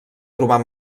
trobar